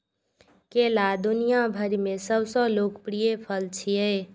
केला दुनिया भरि मे सबसं लोकप्रिय फल छियै